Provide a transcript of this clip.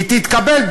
תתקבל,